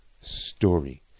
story